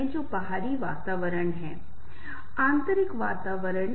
सुरक्षा भी बहुत महत्वपूर्ण है और इसके लिए हमें एक रिश्ते की आवश्यकता है